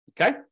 Okay